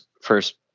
first